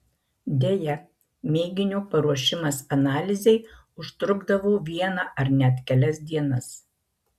deja mėginio paruošimas analizei užtrukdavo vieną ar net kelias dienas